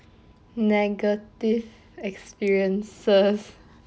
negative experiences